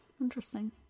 Interesting